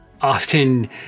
often